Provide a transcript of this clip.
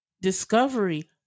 discovery